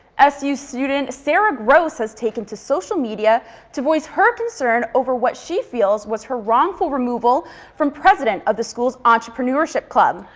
su student sarah grosz has taken to social media to voice her concern over what she feels was her wrongful removal from president of the school's entrepreneurship club.